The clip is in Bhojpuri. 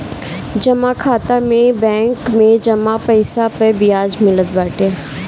जमा खाता में बैंक में जमा पईसा पअ बियाज मिलत बाटे